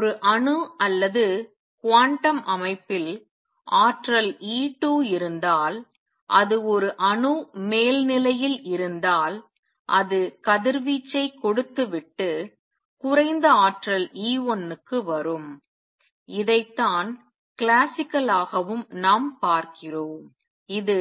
ஒரு அணு அல்லது குவாண்டம் அமைப்பில் ஆற்றல் E 2 இருந்தால் அது ஒரு அணு மேல் நிலையில் இருந்தால் அது கதிர்வீச்சைக் கொடுத்துவிட்டு குறைந்த ஆற்றல் E 1 க்கு வரும் இதைத்தான் கிளாசிக்கலாகவும் நாம் பார்க்கிறோம் இது